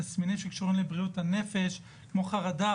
תסמינים שקשורים לבריאות הנפש כמו חרדה,